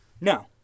no